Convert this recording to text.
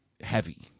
heavy